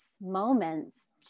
moments